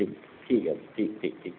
ঠিক ঠিক আছে ঠিক ঠিক ঠিক